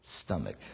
Stomach